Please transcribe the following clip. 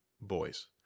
boys